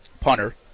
punter